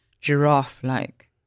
giraffe-like